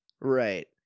Right